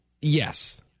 yes